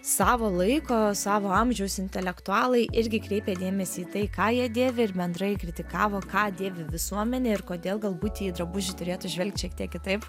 savo laiko savo amžiaus intelektualai irgi kreipė dėmesį į tai ką jie dėvi ir bendrai kritikavo ką dėvi visuomenė ir kodėl galbūt į drabužį turėtų žvelgt šiek tiek kitaip